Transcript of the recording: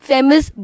Famous